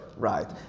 Right